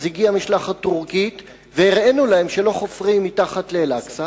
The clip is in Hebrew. אז הגיעה משלחת טורקית והראינו להם שלא חופרים מתחת לאל-אקצא.